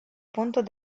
puntos